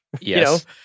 Yes